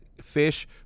fish